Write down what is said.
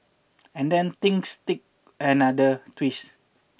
and then things take another twist